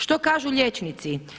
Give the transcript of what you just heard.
Što kažu liječnici?